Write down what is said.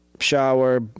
shower